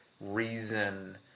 reason